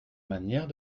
manière